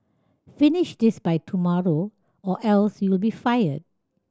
finish this by tomorrow or else you'll be fired